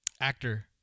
actor